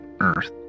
earth